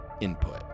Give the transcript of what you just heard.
input